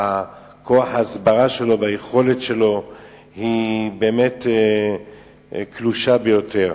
כוח ההסברה שלו והיכולת שלו באמת קלושים ביותר.